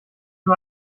nur